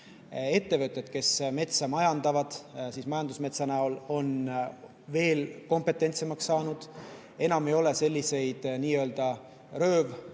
Ettevõtjad, kes metsa majandavad, majandusmetsa näol, on veel kompetentsemaks saanud. Enam ei ole selliseid nii-öelda röövraieid